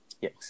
Yes